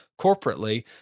corporately